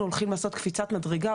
אנחנו הולכים לעשות קפיצת מדרגה,